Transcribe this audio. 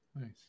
Nice